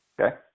Okay